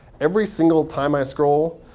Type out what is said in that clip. every single time i scroll,